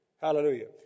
Hallelujah